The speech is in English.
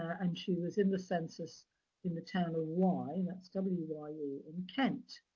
and she was in the census in the town of wye, and that's w y e, in kent.